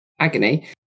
agony